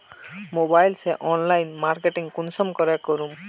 Mobile से online marketing कुंसम के करूम?